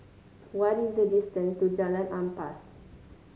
what is the distance to Jalan Ampas